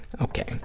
Okay